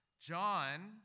John